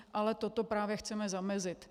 Ale tomu právě chceme zamezit.